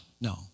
No